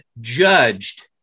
judged